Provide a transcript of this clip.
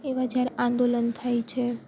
એવા જ્યારે આંદોલન થાય છે